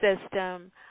system